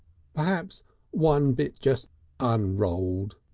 perhaps one bit just unrolled,